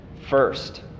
first